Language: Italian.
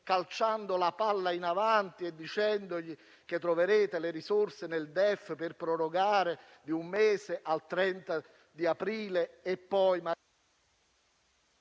calciando la palla in avanti e dicendo loro che troverete le risorse nel DEF, per prorogare di un mese fino al 30 aprile...